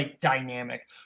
dynamic